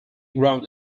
ground